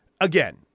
again